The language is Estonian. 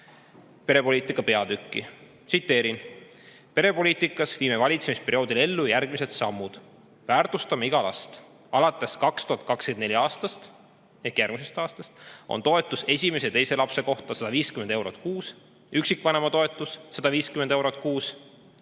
perepoliitika peatükki. Tsiteerin: "Perepoliitikas viime valitsemisperioodil ellu järgmised sammud. Väärtustame iga last! Alates 2024. aastast (ehk järgmisest aastast –T. K.) on toetus esimese ja teise lapse kohta 150 eurot kuus, üksikvanema toetus 150 eurot kuus.